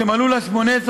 שמלאו לה 18 שנים,